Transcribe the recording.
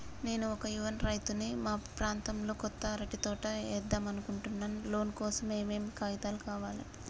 నేను ఒక యువ రైతుని మా ప్రాంతంలో కొత్తగా అరటి తోట ఏద్దం అనుకుంటున్నా లోన్ కోసం ఏం ఏం కాగితాలు కావాలే?